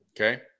Okay